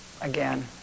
again